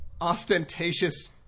ostentatious